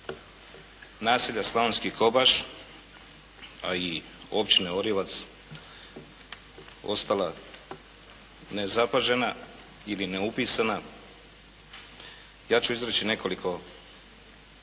naselja Slavonski Kobaš, a i Općine Orjevac ostala nezapažena ili neupisana ja ću izreći nekoliko svojih